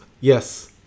yes